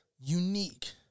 unique